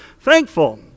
thankful